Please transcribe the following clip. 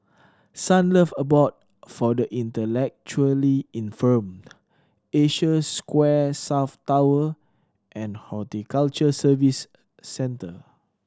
Sunlove Abode for the Intellectually Infirmed Asia Square South Tower and Horticulture Services Centre